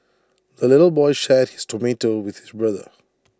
the little boy shared his tomato with his brother